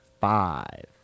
Five